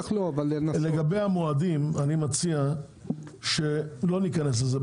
לגבי המועדים, אני מציע שלא ניכנס לזה.